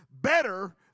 better